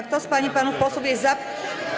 Kto z pań i panów posłów jest za.